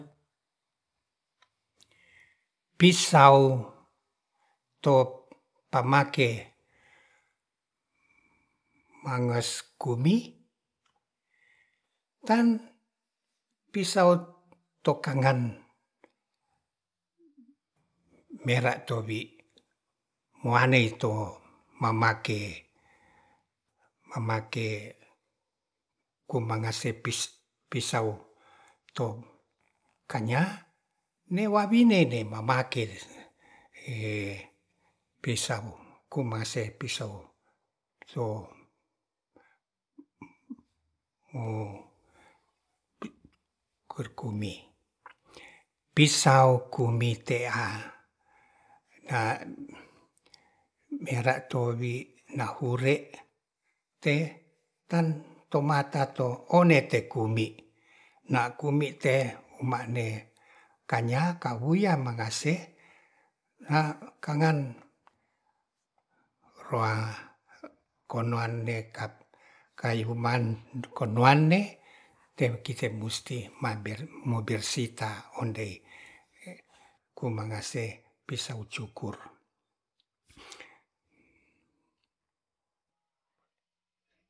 Pisau to pamake manges kumi tan pisau to kangan meta tobi muanei to mamake mamake kumangase pis pisau to kanya newabinene mamak pisau kumase pisau so mo purkumi pisau kumi te' mera towi nahure te tan tomata to one tekumbi na kumbi te ma'ne kanya kauya mangase a kangan roa konoan de kap kayuman konoane kite musti mobersi ta ondei ku mangase pisau cukur